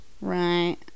right